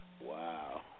Wow